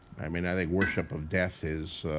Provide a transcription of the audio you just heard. i mean, i think worship of death is